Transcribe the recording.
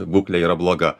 būklė yra bloga